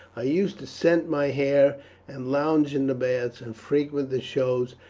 i used to scent my hair and lounge in the baths, and frequent the shows,